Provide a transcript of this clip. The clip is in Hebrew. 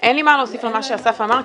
אין לי מה להוסיף על מה שאסף אמר,